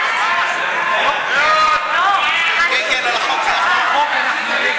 סעיף 1, כהצעת הוועדה, נתקבל.